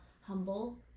humble